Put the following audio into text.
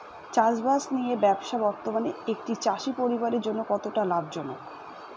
চাষবাষ নিয়ে ব্যবসা বর্তমানে একটি চাষী পরিবারের জন্য কতটা লাভজনক?